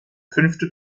fünfte